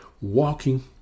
walking